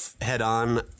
head-on